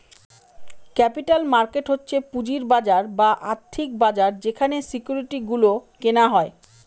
capital market হচ্ছে পুঁজির বাজার বা আর্থিক বাজার যেখানে সিকিউরিটি গুলো কেনা হয়